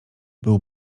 był